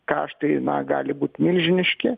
kaštai na gali būt milžiniški